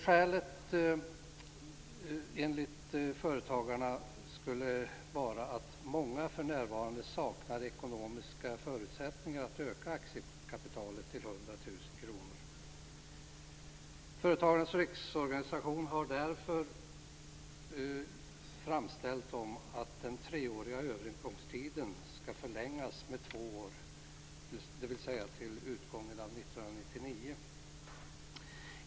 Skälet skulle enligt företagarna vara att många för närvarande saknar ekonomiska förutsättningar att öka aktiekapitalet till 100 000 kr. Företagarnas riksorganisation har därför framställt om att den treåriga övergångstiden skall förlängas med två år, dvs. till utgången av år 1999.